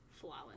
flawless